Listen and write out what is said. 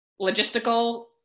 logistical